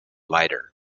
lighter